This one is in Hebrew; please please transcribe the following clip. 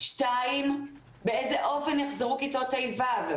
שתיים, באיזה אופן יחזרו כיתות ה'-ו'.